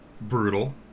Brutal